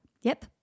Yep